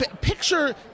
Picture